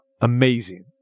amazing